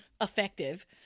effective